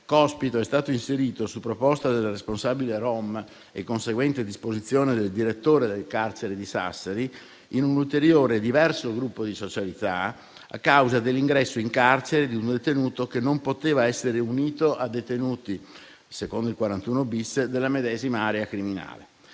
Cospito è stato inserito su proposta del responsabile GOM e conseguente disposizione del direttore del carcere di Sassari in un'ulteriore diverso gruppo di socialità, a causa dell'ingresso in carcere di un detenuto che non poteva essere unito, secondo il 41-*bis,* a detenuti della medesima area criminale.